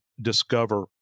discover